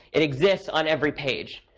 it exists on every page,